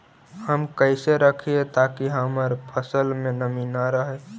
हम कैसे रखिये ताकी हमर फ़सल में नमी न रहै?